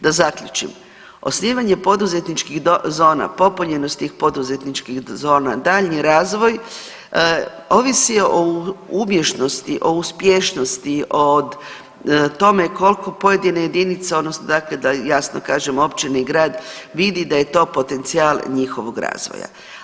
Da zaključim, osnivanje poduzetničkih zona, popunjenost tih poduzetničkih zona, daljnji razvoj, ovisi o umješnosti, o uspješnosti, od tome koliko pojedine jedinice, odnosno, dakle da jasno kažem, općine i grad vidi da je to potencijal njihovog razvoja.